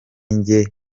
njye